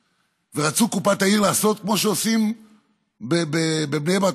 רצו קופת העיר לעשות כמו שעושים בבני ברק